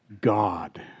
God